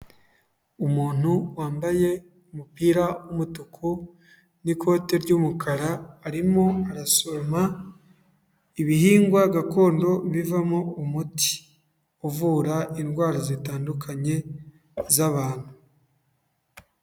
Umuntu wambaye umupira w'umutuku n'ikote ry'umukara, arimo arasoroma ibihingwa gakondo bivamo umuti, uvura indwara zitandukanye z'abantu.